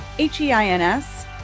H-E-I-N-S